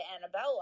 Annabella